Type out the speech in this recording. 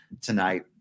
tonight